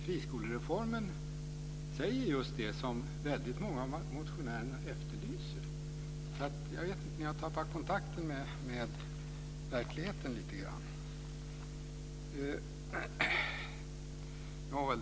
Friskolereformen säger just det som väldigt många av motionärerna efterlyser. Jag vet inte om ni har tappat kontakten med verkligheten lite grann.